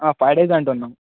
five days అంటున్నాం